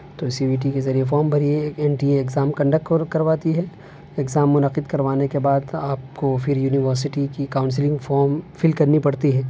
تو C U E T کے ذریعے فارم بھریے ایک N T A exam conduct کرواتی ہے ایگزام منعقد کروانے کے بعد آپ کو پھر یونیورسٹی کی کاؤنسلنگ فارم فل کرنی پڑتی ہے